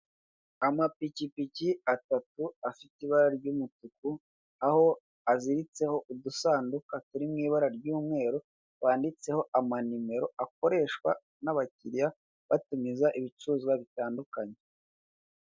Amapikipiki atatu afite ibara ry'umutuku afite ibara ry'umutuku aho aziritseho udusanduka turi mu ibara ry'umweru twanditseho amanimero akoreshwa n'abakiriya batumiza ibicuruzwa bitandukanye.